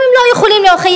גם אם לא יכולים להוכיח,